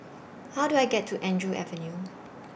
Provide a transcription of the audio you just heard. How Do I get to Andrew Avenue